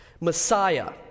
Messiah